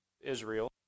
Israel